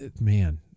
man